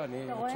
אתה רואה?